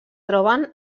troben